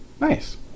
nice